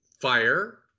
Fire